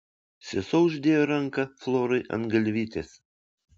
sesuo uždėjo ranką florai ant galvytės